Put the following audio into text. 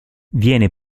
viene